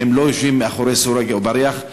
והם לא יושבים מאחורי סורג ובריח.